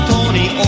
Tony